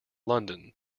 london